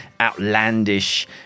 outlandish